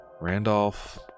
Randolph